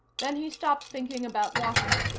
then he stopped thinking about walking,